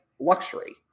luxury